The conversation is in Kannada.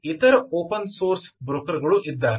ಇತರ ಓಪನ್ ಸೋರ್ಸ್ ಬ್ರೋಕರ್ ಗಳೂ ಇದ್ದಾರೆ